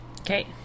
Okay